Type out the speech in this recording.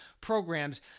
programs